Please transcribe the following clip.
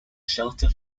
shelter